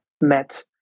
met